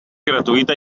gratuïta